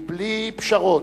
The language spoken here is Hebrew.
בלי פשרות,